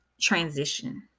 transition